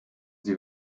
sie